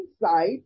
inside